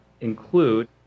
include